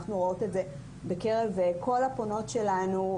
אנחנו רואות את זה בקרב כל הפונות אלינו,